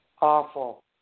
awful